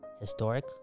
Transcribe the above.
historic